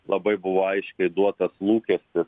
labai buvo aiškiai duotas lūkestis